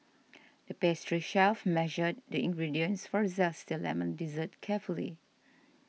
the pastry chef measured the ingredients for a Zesty Lemon Dessert carefully